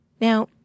Now